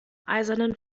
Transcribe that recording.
eisernen